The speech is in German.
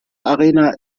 arena